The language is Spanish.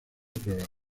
pruebas